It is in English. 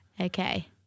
Okay